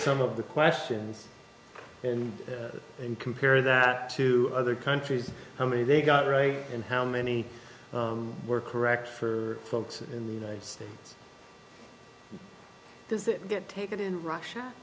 some of the questions and then compare that to other countries how many they got right and how many were correct for folks in the united states does it get taken in russia